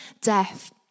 death